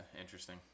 interesting